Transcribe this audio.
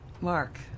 Mark